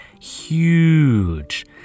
Huge